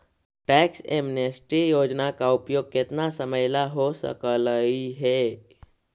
tax amnesty योजना का उपयोग केतना समयला हो सकलई हे